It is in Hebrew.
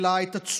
את הגיאוגרפיה שלה,